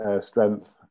strength